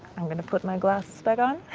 i'm going to put my glasses but on.